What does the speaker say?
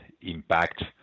impact